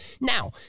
Now